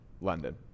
London